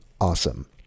awesome